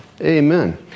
amen